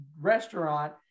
restaurant